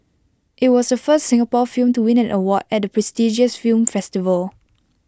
IT was the first Singapore film to win an award at the prestigious film festival